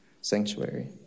sanctuary